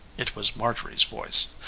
it was marjorie's voice.